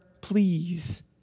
please